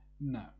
No